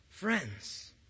Friends